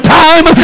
time